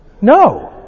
No